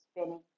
spinning